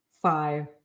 Five